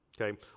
Okay